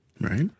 Right